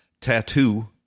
tattoo